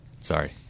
sorry